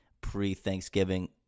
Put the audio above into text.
pre-Thanksgiving